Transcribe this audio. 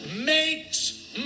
makes